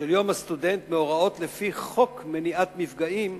של יום הסטודנט מהוראות לפי חוק מניעת מפגעים,